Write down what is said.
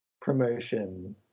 promotion